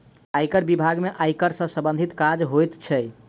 आयकर बिभाग में आयकर सॅ सम्बंधित काज होइत छै